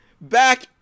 Back